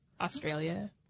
Australia